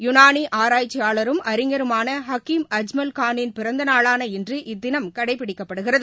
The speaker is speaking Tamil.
யுனானிஆராய்ச்சியாளரும் அறிஞருமானஹக்கீம் அஜ்மல் கானின் பிறந்தநாளான இன்று இத்தினம் கடைபிடிக்கப்படுகிறது